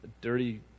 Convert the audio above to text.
dirty